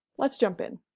let's jump in